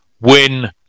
win